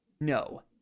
no